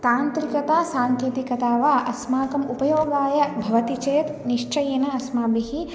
तान्त्रिकता साङ्केतिकता वा अस्माकम् उपयोगाय भवति चेत् निश्चयेन अस्माभिः